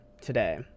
today